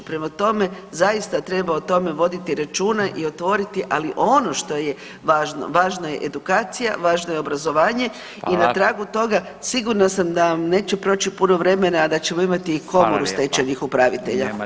Prema tome, zaista treba o tome voditi računa i otvoriti, ali ono što je važno, važna je edukacija, važno je obrazovanje i na tragu toga [[Upadica: Hvala.]] sigurna sam da vam neće proći puno vremena a da ćemo imati i [[Upadica: Hvala lijepa.]] komoru stečajnih upravitelja.